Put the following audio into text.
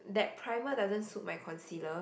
that primer doesn't suit my concealer